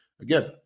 again